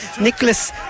Nicholas